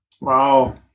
Wow